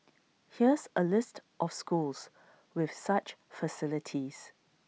here's A list of schools with such facilities